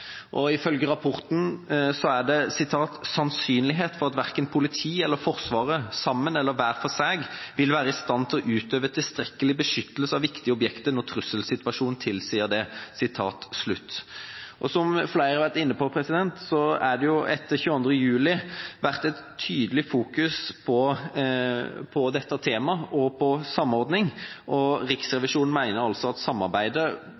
og ifølge Rapporten er det «sannsynlighet for at verken politiet eller Forsvaret, sammen eller hver for seg, vil være i stand til å utøve tilstrekkelig beskyttelse av viktige objekter når en trusselsituasjon tilsier det». Som flere har vært inne på, har det etter 22. juli vært et tydelig fokus på dette teamet og på samordning. Riksrevisjonen mener altså at samarbeidet